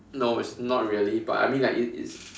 no it's not really but I mean like it's it's